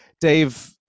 dave